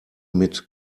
mit